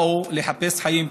באו לחפש חיים פה.